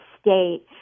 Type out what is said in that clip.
state